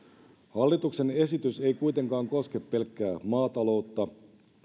hallituksen esitys ei kuitenkaan koske pelkkää maataloutta